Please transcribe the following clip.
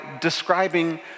describing